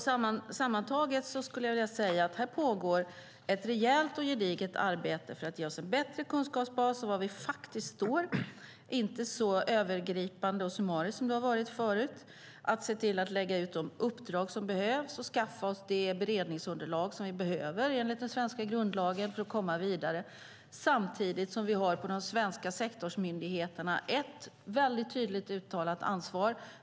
Sammantaget skulle jag vilja säga att det pågår ett rejält och gediget arbete för att ge oss en bättre kunskapsbas när det gäller var vi faktiskt står. Det är inte så övergripande och summariskt som det har varit förut. Det handlar om att se till att lägga ut de uppdrag som behövs och skaffa oss det beredningsunderlag som vi behöver enligt den svenska grundlagen för att komma vidare samtidigt som vi på de svenska sektorsmyndigheterna har ett väldigt tydligt uttalat ansvar.